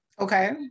okay